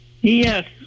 Yes